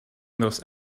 those